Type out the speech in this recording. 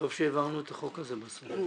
טוב שהעברנו את החוק הזה בסוף.